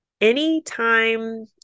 Anytime